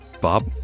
Bob